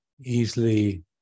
easily